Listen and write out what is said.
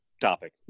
topic